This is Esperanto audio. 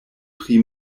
pri